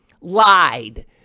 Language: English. lied